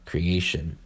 Creation